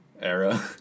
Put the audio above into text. era